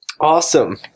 Awesome